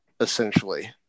essentially